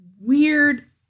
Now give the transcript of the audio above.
weird